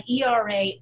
ERA